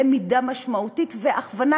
למידה משמעותית והכוונה,